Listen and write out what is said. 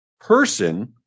Person